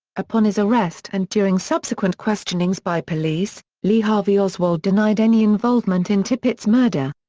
upon his arrest and during subsequent questionings by police, lee harvey oswald denied any involvement in tippit's murder.